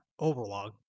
overlog